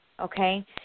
okay